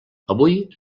avui